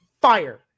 fire